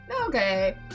okay